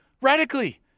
radically